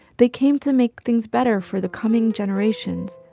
they came to make things better for the coming generations,